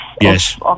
Yes